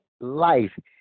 life